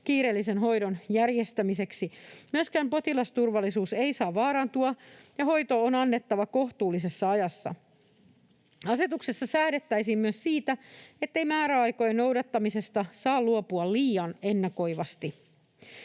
kiireellisen hoidon järjestämiseksi. Myöskään potilasturvallisuus ei saa vaarantua, ja hoito on annettava kohtuullisessa ajassa. Asetuksessa säädettäisiin myös siitä, ettei määräaikojen noudattamisesta saa luopua liian ennakoivasti.